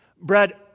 Brad